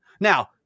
now